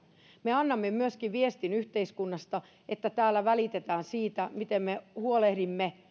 me annamme yhteiskunnasta myöskin viestin että täällä välitetään siitä miten me huolehdimme